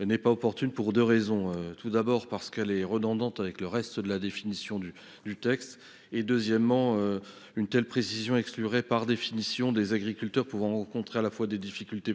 n'est pas opportune pour deux raisons. Tout d'abord, elle est redondante avec le reste de la définition. Ensuite, une telle précision exclurait de la définition des agriculteurs pouvant rencontrer des difficultés